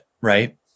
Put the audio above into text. right